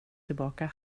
tillbaka